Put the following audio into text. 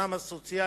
כץ,